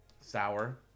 sour